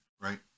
right